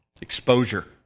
Exposure